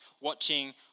watching